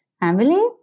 family